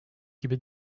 gibi